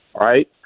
right